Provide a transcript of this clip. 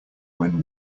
when